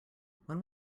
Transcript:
when